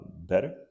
better